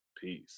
Peace